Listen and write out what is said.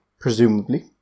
presumably